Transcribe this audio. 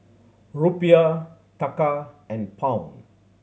Rupiah Taka and Pound